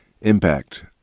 impact